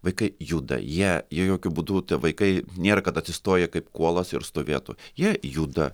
vaikai juda jie jokiu būdu vaikai nėra kad atsistoja kaip kuolas ir stovėtų jie juda